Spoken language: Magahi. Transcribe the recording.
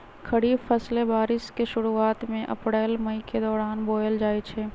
खरीफ फसलें बारिश के शुरूवात में अप्रैल मई के दौरान बोयल जाई छई